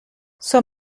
sua